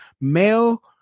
male